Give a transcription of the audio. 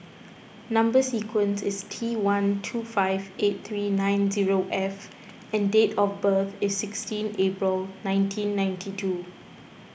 Number Sequence is T one two five eight three nine zero F and date of birth is sixteen April nineteen ninety two